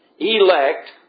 Elect